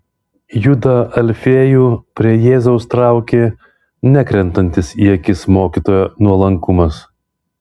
judą alfiejų prie jėzaus traukė nekrentantis į akis mokytojo nuolankumas